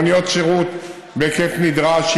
מוניות שירות בהיקף נדרש,